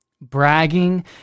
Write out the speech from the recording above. Bragging